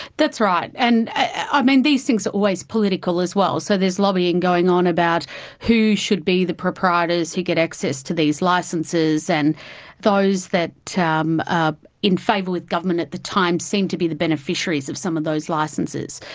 that's right, and um and these things are always political as well, so there's lobbying going on about who should be the proprietors who get access to these licences, and those that are um um in favour with government at the time seem to be the beneficiaries of some of those licences.